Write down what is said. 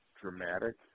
dramatic